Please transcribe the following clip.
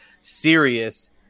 serious